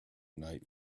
night